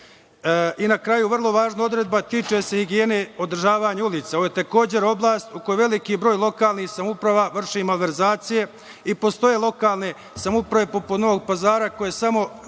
kraju, vrlo važna odredba tiče se higijene održavanja ulica. Ovo je takođe oblast u kojoj veliki broj lokalnih samouprava vrši malverzacije i postoje lokalne samouprave poput Novog Pazara koje samo